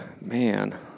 man